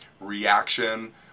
reaction